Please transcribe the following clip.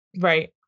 right